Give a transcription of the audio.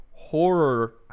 Horror